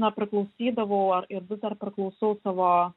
na praklausydavau ar ir vis dar praklausau savo